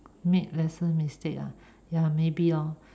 make lesser mistake ya maybe lor